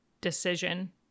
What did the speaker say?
decision